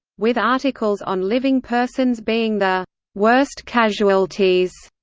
with articles on living persons being the worst casualties.